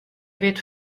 wit